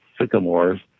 sycamores